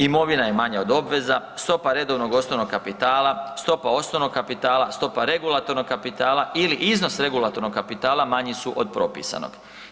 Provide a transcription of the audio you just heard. Imovina je manja od obveza, stopa redovnog osnovnog kapitala, stopa osnovnog kapitala, stopa regulatornog kapitala ili iznos regulatornog kapitala manji su od propisanog.